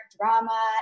drama